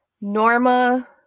Norma